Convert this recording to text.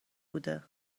بوده